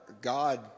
God